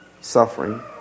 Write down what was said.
suffering